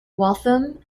waltham